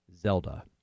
Zelda